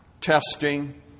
testing